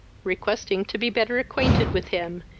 requesting to be better acquainted with him,